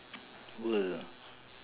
world